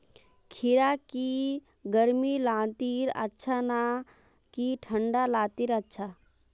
खीरा की गर्मी लात्तिर अच्छा ना की ठंडा लात्तिर अच्छा?